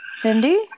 Cindy